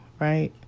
right